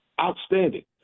outstanding